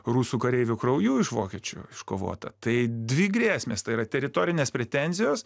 rusų kareivių krauju iš vokiečių iškovota tai dvi grėsmės tai yra teritorinės pretenzijos